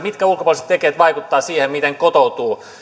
mitkä ulkopuoliset tekijät vaikuttavat siihen miten kotoutuu